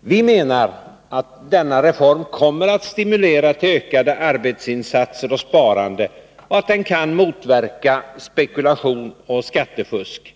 Vi menar att denna reform kommer att stimulera till ökade arbetsinsatser och ökat sparande och att den kan motverka spekulation och skattefusk.